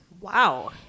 Wow